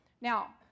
Now